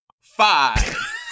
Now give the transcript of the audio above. Five